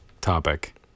topic